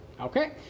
Okay